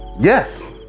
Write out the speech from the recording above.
Yes